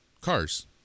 cars